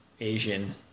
Asian